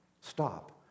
stop